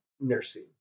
nursing